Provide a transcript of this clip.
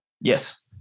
Yes